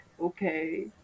okay